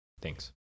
Thanks